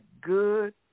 good